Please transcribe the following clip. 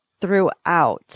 throughout